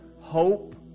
hope